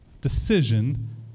decision